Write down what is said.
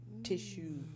Tissue